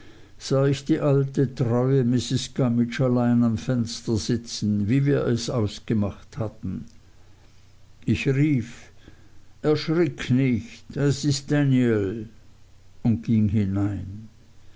sah ich die alte treue mrs gummidge allein am feuer sitzen wie wir es ausgemacht hatten ich rief erschrick nicht es ist daniel und ging hinein